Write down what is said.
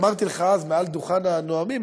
אמרתי לך אז מעל דוכן הנואמים,